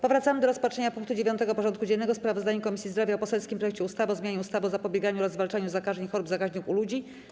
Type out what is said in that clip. Powracamy do rozpatrzenia punktu 9. porządku dziennego: Sprawozdanie Komisji Zdrowia o poselskim projekcie ustawy o zmianie ustawy o zapobieganiu oraz zwalczaniu zakażeń i chorób zakaźnych u ludzi.